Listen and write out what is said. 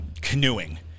canoeing